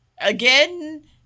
again